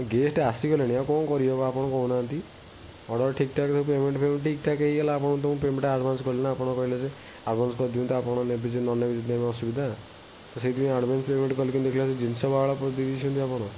guest ଆସିଗଲେଣି ଆଉ କ'ଣ କରିବା ଆପଣ କହୁନାହାନ୍ତି ଅର୍ଡ଼ର୍ ଠିକ୍ଠାକ୍ ପେମେଣ୍ଟ୍ ଠିକ୍ଠାକ୍ ହୋଇଗଲା ଆପଣଙ୍କୁ ମୁଁ ପେମେଣ୍ଟ୍ ଆଡ଼୍ଭାନ୍ସ୍ କଲିନା ଆପଣ କହିଲେ ଯେ ଆଡ଼୍ଭାନ୍ସ୍ କରିଦିଅନ୍ତୁ ଆପଣ ନେବେ ଯଦି ନ ନେବେ ଯଦି ଆମର ଅସୁବିଧା ସେଇଥିପାଇଁ ଆଡ଼୍ଭାନ୍ସ୍ ପେମେଣ୍ଟ୍ କଲି ଦେଖିଲା ବେଳୁ ଜିନିଷ ଦେଇଛନ୍ତି ଆପଣ